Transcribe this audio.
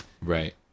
Right